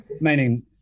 meaning